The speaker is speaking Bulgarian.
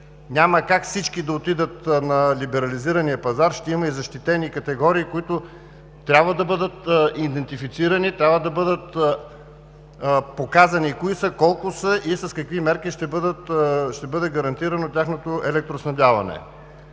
Няма как всички да отидат на либерализирания пазар. Ще има и защитени категории, които трябва да бъдат идентифицирани, трябва да бъдат показани кои са, колко са и с какви мерки ще бъде гарантирано тяхното електроснабдяване.